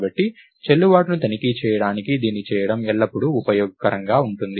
కాబట్టి చెల్లుబాటును తనిఖీ చేయడానికి దీన్ని చేయడం ఎల్లప్పుడూ ఉపయోగకరంగా ఉంటుంది